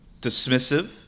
dismissive